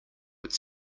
its